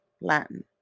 latin